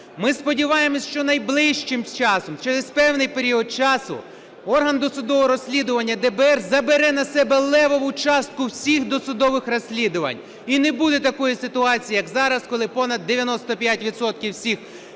Ми сподіваємося, що найближчим часом, через певний період часу орган досудового розслідування ДБР забере на себе левову частку всіх досудових розслідувань, і не буде такої ситуації, як зараз, коли понад 95